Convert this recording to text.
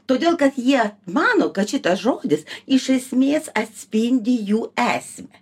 todėl kad jie mano kad šitas žodis iš esmės atspindi jų esmę